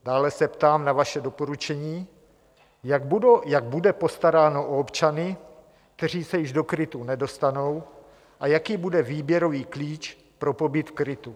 Dále se ptám na vaše doporučení, jak bude postaráno o občany, kteří se již do krytu nedostanou, a jaký bude výběrový klíč pro pobyt v krytu.